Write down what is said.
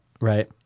Right